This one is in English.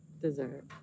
Dessert